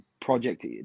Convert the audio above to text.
project